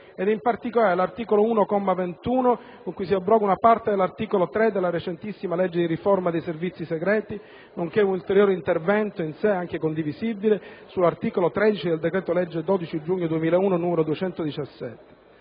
ed in particolare l'articolo 1, comma 21, con cui si abroga una parte dell'articolo 3 della recentissima legge di riforma dei Servizi segreti nonché un ulteriore intervento, in sé anche condivisibile, sull'articolo 13 del decreto-legge 12 giugno 2001, n. 217.